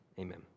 Amen